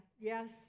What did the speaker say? yes